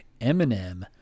Eminem